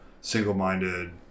single-minded